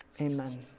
amen